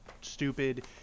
stupid